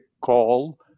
call